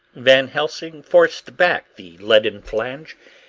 van helsing forced back the leaden flange,